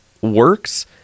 works